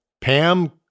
Pam